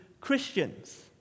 Christians